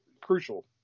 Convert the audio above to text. crucial